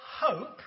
hope